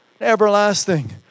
everlasting